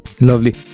Lovely